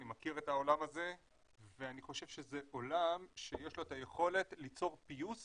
אני מכיר את העולם הזה ואני חושב שזה עולם שיש לו את היכולת ליצור פיוס